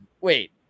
Wait